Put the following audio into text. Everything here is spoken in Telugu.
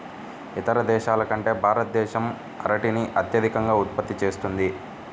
ఇతర దేశాల కంటే భారతదేశం అరటిని అత్యధికంగా ఉత్పత్తి చేస్తుంది